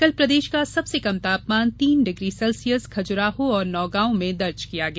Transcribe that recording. कल प्रदेश का सबसे कम तापमान तीन डिग्री सेल्सियस खजुराहो और नौगांव में दर्ज किया गया